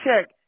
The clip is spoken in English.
check